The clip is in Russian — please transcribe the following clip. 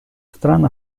стран